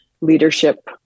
leadership